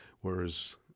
whereas